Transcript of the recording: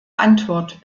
antwort